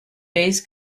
bass